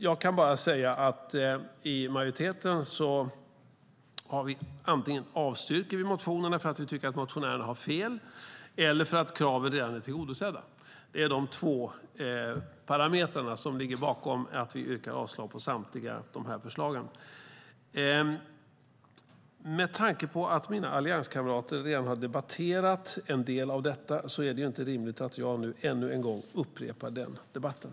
Jag kan bara säga att i majoriteten avstyrker vi antingen motionerna för att vi tycker att motionärerna har fel eller för att kraven redan är tillgodosedda. Det är de två parametrarna som ligger bakom att vi yrkar avslag på samtliga förslag. Med tanke på att mina allianskamrater redan har debatterat en del av detta är det inte rimligt att jag nu ännu en gång upprepar den debatten.